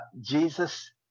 Jesus